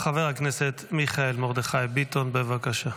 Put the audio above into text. חבר הכנסת מיכאל מרדכי ביטון, בבקשה.